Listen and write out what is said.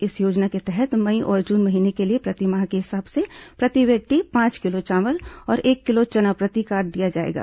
इस योजना के तहत मई और जून महीने के लिए प्रतिमाह के हिसाब से प्रति व्यक्ति पांच किलो चावल और एक किलो चना प्रति कार्ड दिया जाएगा